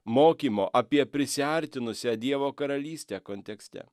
mokymo apie prisiartinusią dievo karalystę kontekste